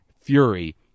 fury